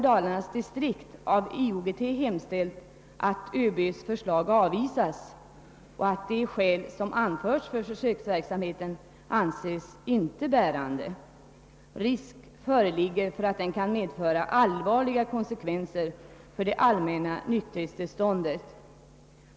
Dalarnas distriktsloge av IOGT har hemställt att ÖB:s förslag avvisas. De skäl som anförts för försöksverksamheten anses inte bärande. Risk föreligger för att den kan medföra allvarliga konsekvenser för det allmänna nykterhetstillståndet.